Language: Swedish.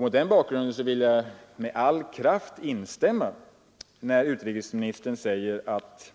Mot den bakgrunden vill jag med all kraft instämma när utrikesministern säger, att